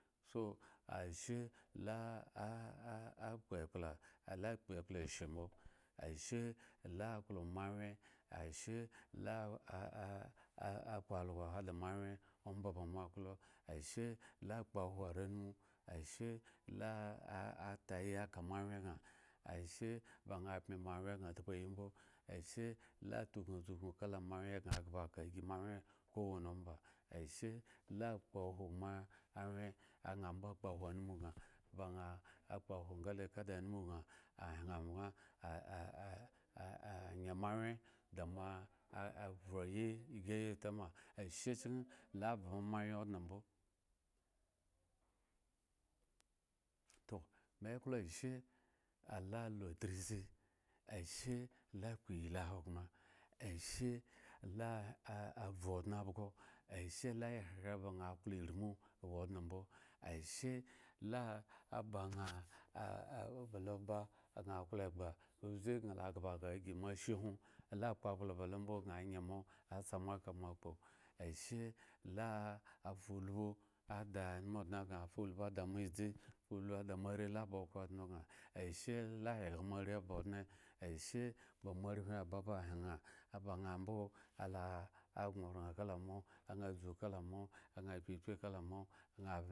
So ashe lala la-akpo la akpo eshri bo ashe la aklo moa anwye akpo ee also ade moa wye mbo moa aklo ashe la akpowo are numu ashe la atayi aka moa anwye san ashe ba na abmi moa anwye gan atpo anyi bo ashe ba na abmi moa anwye gan atpo ayi bo ashe ban tukun adzu gno kala moa anwye na kpo ka moa wye ko wan mbo ashe la akowo moa anwye gan bo kpowo anumu gan ba na akpowo gale kala anumu gan ahen angban aaa ayen moa wye da moa arye yi sayi atama, ashe kyen la avo mo awye odne bo to me eklo ashe la alo adlizi ashe la kpo iyli hogbre ashe la avu odne abgo ashe la hi aklo ba ermu awo odne bo ashe aba na balo oba ba na aklo egba obza gan agba sa ada moa ashe nwo ayi kpo akplo balo aibo gan ayen moa atmz moa aka ba moa akpo ashe la afa ulpo ada anumu odne gan afaulbo ada gan ashe la ayga moa are aba odne ogan adzu kala moa apepen kala amoa